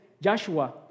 Joshua